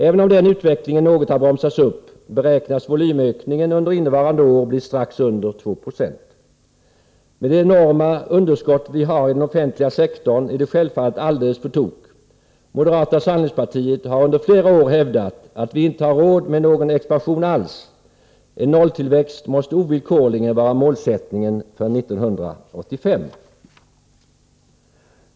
Även om den utvecklingen något har bromsats upp, beräknas volymökningen under innevarande år bli strax under 2 70. Med det enorma underskott vi har i den offentliga sektorn är detta självfallet alldeles på tok. Moderata samlingspartiet har under flera år hävdat att vi inte har råd med någon expansion alls. En nolltillväxt måste ovillkorligen vara målsättningen för 1985.